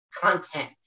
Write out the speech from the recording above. content